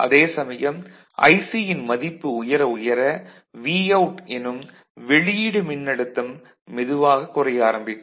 அதே சமயம் Ic யின் மதிப்பு உயர உயர Vout எனும் வெளியீடு மின்னழுத்தம் மெதுவாக குறைய ஆரம்பிக்கும்